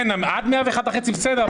כן, עד 101.5% בסדר.